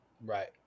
Right